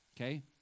Okay